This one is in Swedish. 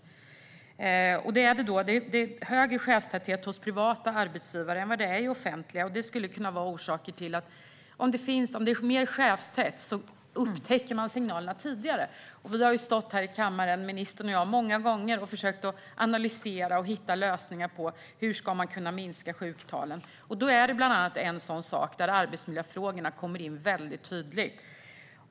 Det är högre chefstäthet hos privata arbetsgivare än det är hos offentliga, och det skulle kunna vara orsaken. Om det finns fler chefer upptäcks signalerna tidigare. Ministern och jag har ju stått här i kammaren många gånger och försökt analysera och hitta lösningar på frågan hur man ska kunna minska sjuktalen, och då är bland annat detta en sådan sak där arbetsmiljöfrågorna kommer in väldigt tydligt.